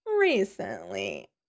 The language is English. recently